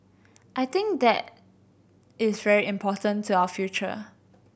I think that is very important to our future